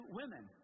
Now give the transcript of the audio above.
women